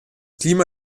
klima